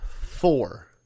four